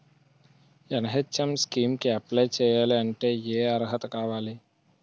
NHM scheme కి apply చేయాలి అంటే ఏ అర్హత కావాలి?